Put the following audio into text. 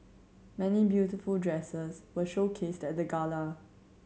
many beautiful dresses were showcased at the gala